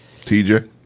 TJ